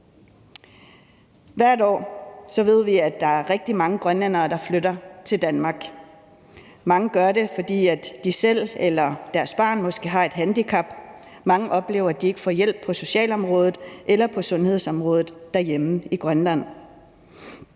at der er rigtig mange grønlændere, der flytter til Danmark hvert år. Mange gør det, fordi de selv eller deres barn måske har et handicap. Mange oplever, at de ikke får hjælp på socialområdet eller på sundhedsområdet derhjemme i Grønland.